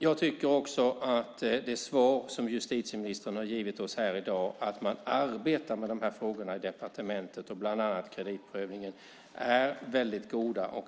Jag tycker också att det svar som justitieministern här i dag har givit oss - att man arbetar med de här frågorna, bland annat frågan om kreditprövningen, i departementet - är väldigt bra.